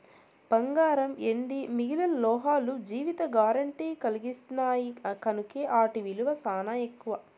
బంగారం, ఎండి మిగిలిన లోహాలు జీవిత గారెంటీ కలిగిన్నాయి కనుకే ఆటి ఇలువ సానా ఎక్కువ